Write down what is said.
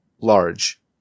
large